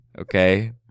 Okay